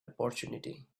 opportunity